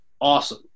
awesome